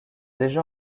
déjà